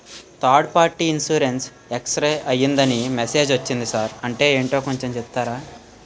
Third party insurance expire అయ్యిందని message ఒచ్చింది sir అంటే ఏంటో కొంచె చెప్తారా?